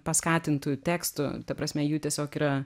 paskatintų tekstų ta prasme jų tiesiog yra